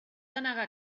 denegar